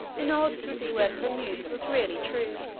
in order to see whether the news was really true.